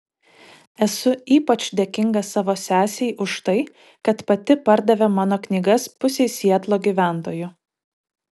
esu ypač dėkinga savo sesei už tai kad pati pardavė mano knygas pusei sietlo gyventojų